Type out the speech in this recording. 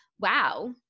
Wow